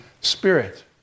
Spirit